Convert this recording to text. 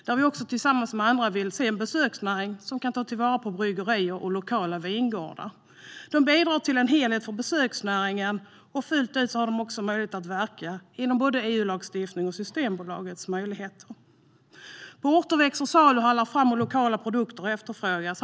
Där vill vi tillsammans med andra se en besöksnäring som kan tillvarata bryggerier och lokala vingårdar. Dessa bidrar till en helhet för besöksnäringen, och de har möjlighet att verka fullt ut inom ramen för både EU-lagstiftningen och Systembolaget. På flera orter växer saluhallar fram, och lokala produkter efterfrågas.